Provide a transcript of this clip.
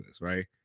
right